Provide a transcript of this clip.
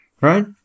Right